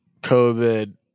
COVID